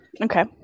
Okay